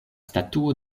statuo